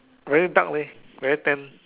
very dark leh very tan